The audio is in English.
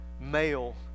male